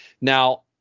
Now